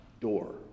Door